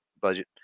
budget